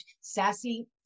sassy